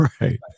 Right